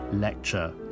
Lecture